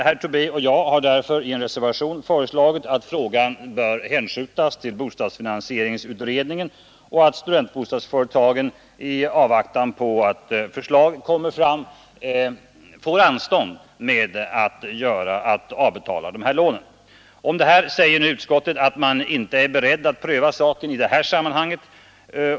Herr Tobé och jag har därför i en reservation föreslagit att frågan hänskjuts till bostadsfinansieringsutredningen och att studentbostadsföretagen tills vidare i avvaktan på att förslag framläggs får anstånd med att avbetala lånen. Om detta säger nu utskottet att man inte är beredd att pröva den frågan i detta sammanhang.